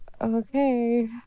Okay